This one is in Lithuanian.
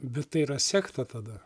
bet tai yra sekta tada